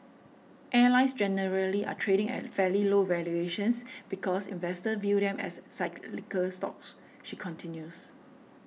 airlines generally are trading at fairly low valuations because investors view them as cyclical stocks she continues